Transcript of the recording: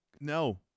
no